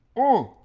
oh